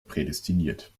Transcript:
prädestiniert